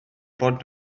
bod